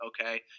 Okay